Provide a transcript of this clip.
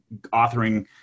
authoring